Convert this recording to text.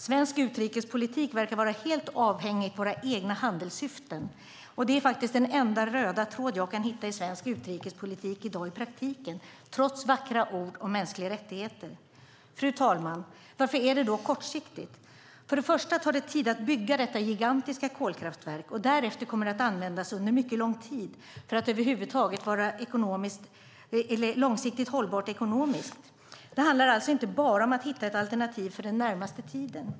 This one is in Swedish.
Svensk utrikespolitik verkar vara helt avhängig våra egna handelssyften, och det är den enda röda tråd jag kan hitta i svensk utrikespolitik i dag i praktiken, trots vackra ord om mänskliga rättigheter. Fru talman! Varför är det då kortsiktigt? För det första tar det tid att bygga detta gigantiska kolkraftverk. Därefter kommer det att användas under mycket lång tid för att över huvud taget vara långsiktigt hållbart ekonomiskt. Det handlar alltså inte bara om att hitta ett alternativ för den närmaste tiden.